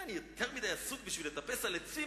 "'אני יותר מדי עסוק בשביל לטפס על עצים',